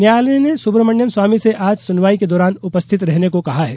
न्यायालय ने सुब्रमण्यम स्वामी से आज सुनवाई के दौरान उपस्थित रहने को कहा है